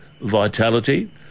vitality